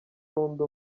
n’undi